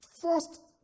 first